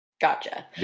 Gotcha